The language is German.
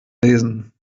lesen